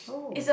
oh